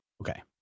Okay